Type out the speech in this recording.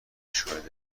اشکالی